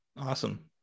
Awesome